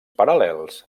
paral·lels